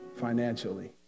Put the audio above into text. financially